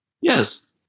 Yes